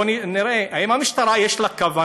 בואו נראה: האם המשטרה, יש לה כוונה